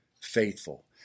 faithful